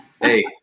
hey